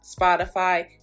spotify